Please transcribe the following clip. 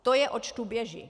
To je oč tu běží.